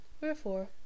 Wherefore